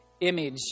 image